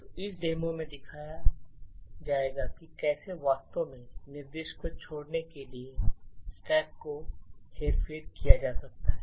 तो इस डेमो में दिखाया जाएगा कि कैसे वास्तव में निर्देश को छोड़ने के लिए स्टैक को हेरफेर किया जा सकता है